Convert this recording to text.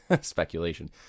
speculation